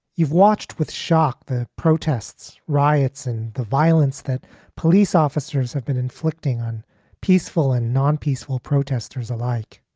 you've watched with shock the protests, riots and the violence that police officers have been inflicting on peaceful and non peaceful protesters alike.